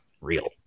real